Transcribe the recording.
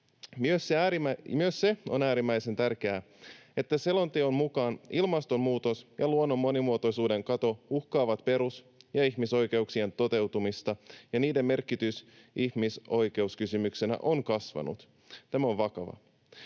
Myös se on äärimmäisen tärkeää, että selonteon mukaan ilmastonmuutos ja luonnon monimuotoisuuden kato uhkaavat perus- ja ihmisoikeuksien toteutumista ja niiden merkitys ihmisoikeuskysymyksenä on kasvanut. Tämä on vakavaa.